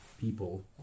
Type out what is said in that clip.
people